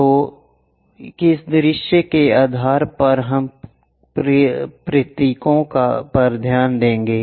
तो किस दृश्य के आधार पर हम प्रतीकों पर ध्यान देंगे